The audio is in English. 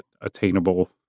attainable